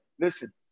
Listen